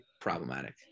problematic